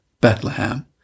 Bethlehem